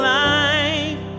life